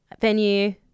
venue